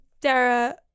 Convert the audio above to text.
Dara